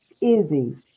Izzy